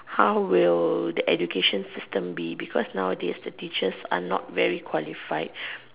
how will the education system be because nowadays the teachers are not very qualified